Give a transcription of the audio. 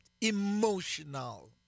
emotional